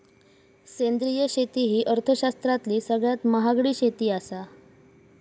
सेंद्रिय शेती ही अर्थशास्त्रातली सगळ्यात महागडी शेती आसा